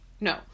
no